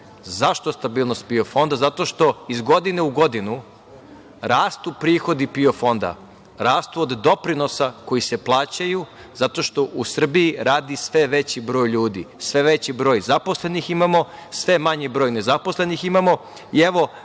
Zašto stabilnost PIO fonda? Zato što iz godine u godinu rastu prihodi PIO fonda, rastu od doprinosa koji se plaćaju zato što u Srbiji radi sve veći broj ljudi, sve veći broj zaposlenih imamo, sve manji broj nezaposlenih imamo. Evo,